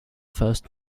first